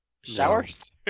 showers